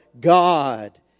God